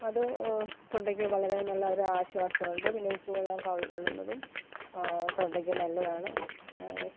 അപ്പത് തൊണ്ടയ്ക്കു വളരെ നല്ല ഒരാശ്വാസമുണ്ട് പിന്നെ ഉപ്പ് വെള്ളം കവിള് കൊള്ളുന്നതും തൊണ്ടയ്ക്കു നല്ലതാണ്